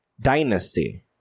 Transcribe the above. dynasty